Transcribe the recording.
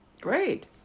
Great